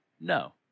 no